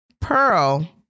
Pearl